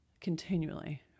continually